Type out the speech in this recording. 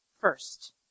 first